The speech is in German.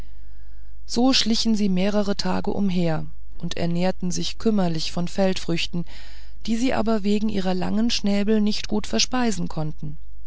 so schlichen sie mehrere tage umher und ernährten sich kümmerlich von feldfrüchten die sie aber wegen ihrer langen schnäbel nicht gut verspeisen konnten